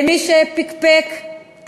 למי שפקפק,